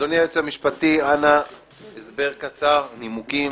אדוני היועץ המשפטי, אנא הסבר קצר, נימוקים.